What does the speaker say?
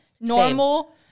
normal